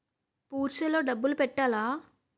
Purse లో డబ్బులు పెట్టలా?